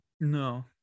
No